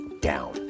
down